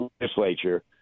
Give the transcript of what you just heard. legislature